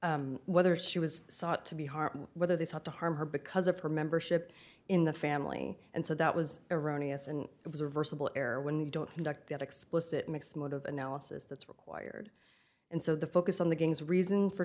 of whether she was sought to be harmed whether they sought to harm her because of her membership in the family and so that was erroneous and it was a reversible error when you don't conduct an explicit mixed mode of analysis that's required and so the focus on the things reason for